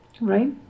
Right